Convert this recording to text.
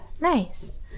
Nice